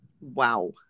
Wow